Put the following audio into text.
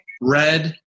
red